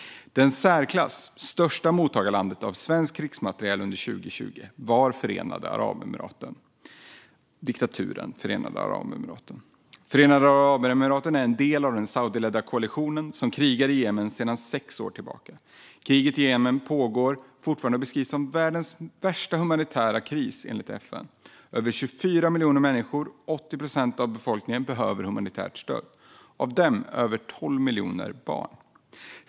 Det i särklass största mottagarlandet för svensk krigsmateriel under 2020 var diktaturen Förenade Arabemiraten. Förenade Arabemiraten är en del av den saudiledda koalitionen som krigar i Jemen sedan sex år tillbaka. Kriget i Jemen pågår fortfarande och beskrivs som världens värsta humanitära kris, enligt FN. Över 24 miljoner människor, 80 procent av befolkningen, behöver humanitärt stöd. Av dem är över 12 miljoner barn.